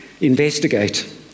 Investigate